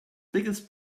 biggest